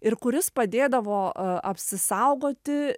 ir kuris padėdavo apsisaugoti